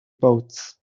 boats